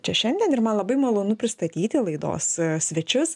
čia šiandien ir man labai malonu pristatyti laidos svečius